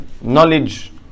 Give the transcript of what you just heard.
knowledge